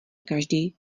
každý